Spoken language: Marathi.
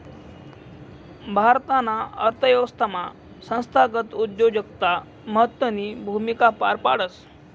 भारताना अर्थव्यवस्थामा संस्थागत उद्योजकता महत्वनी भूमिका पार पाडस